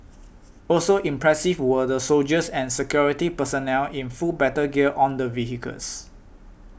also impressive were the soldiers and security personnel in full battle gear on the vehicles